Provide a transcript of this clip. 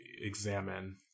examine